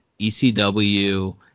ECW